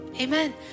Amen